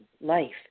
life